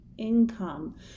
income